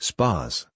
Spas